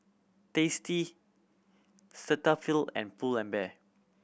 Tasty Cetaphil and Pull and Bear